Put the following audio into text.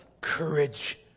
courage